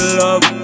love